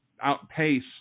outpace